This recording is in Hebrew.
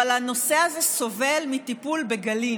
אבל הנושא הזה סובל מטיפול בגלים,